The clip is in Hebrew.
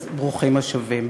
אז ברוכים השבים.